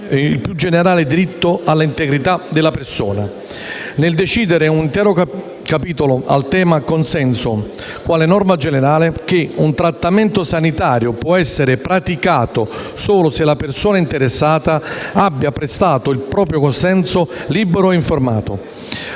il più generale diritto all'integrità della persona. Nel dedicare un intero capo al tema del consenso, quale norma generale, la Convenzione stabilisce che «un trattamento sanitario può essere praticato solo se la persona interessata abbia prestato il proprio consenso libero e informato.